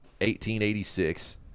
1886